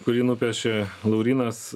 kurį nupiešė laurynas